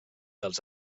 dels